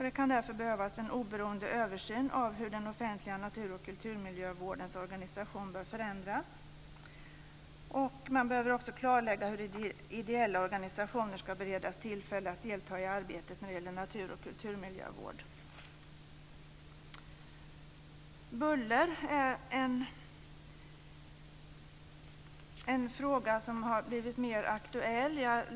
Det kan därför behövas en oberoende översyn av hur den offentliga natur och kulturmiljövårdens organisation bör förändras. Man behöver också klarlägga hur ideella organisationer ska beredas tillfälle att delta i arbetet när det gäller natur och kulturmiljövård. Buller är en fråga som har blivit mer aktuell.